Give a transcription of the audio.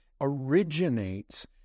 originates